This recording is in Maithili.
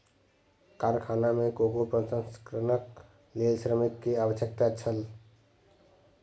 कारखाना में कोको प्रसंस्करणक लेल श्रमिक के आवश्यकता छल